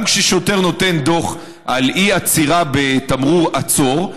גם כששוטר נותן דוח על אי-עצירה בתמרור עצור,